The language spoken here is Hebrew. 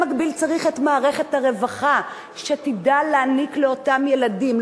במקביל צריך את מערכת הרווחה שתדע להעניק לאותם ילדים,